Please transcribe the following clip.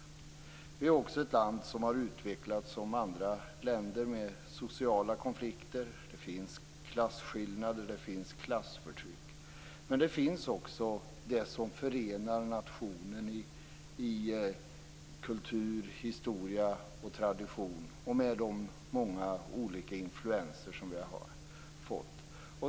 Sverige är också ett land som likt andra länder har utvecklats genom sociala konflikter. Det finns klassskillnader. Det finns klassförtryck. Det finns också sådant som förenar nationen när det gäller kultur, historia, tradition och de många olika influenser vi har fått.